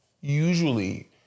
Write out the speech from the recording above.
usually